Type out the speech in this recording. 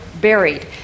buried